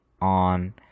on